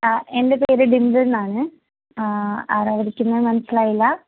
ആ എന്റെ പേര് ബിന്ദു എന്നാണെ ആരാ വിളിക്കുന്നത് മനസിലായില്ല